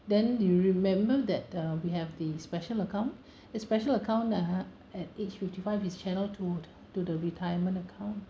then do you remember that uh we have the special account the special account uh at age fifty five is channelled to to the retirement account